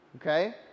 okay